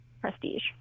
prestige